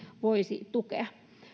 voisi tukea